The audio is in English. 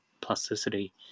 plasticity